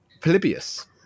polybius